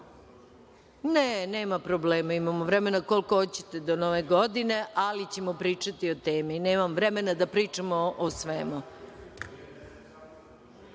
Ne, nema problema, imamo vremena koliko hoćete do Nove godine, ali ćemo pričati o tome. Nemam vremena da pričamo o svemu. Reč